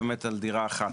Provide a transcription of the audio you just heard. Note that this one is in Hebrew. הוא באמת על דירה אחת,